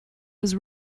was